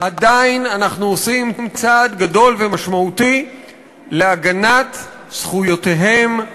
עדיין אנחנו עושים צעד גדול ומשמעותי להגנת זכויותיהם,